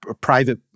private